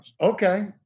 okay